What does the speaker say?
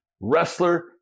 wrestler